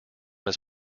his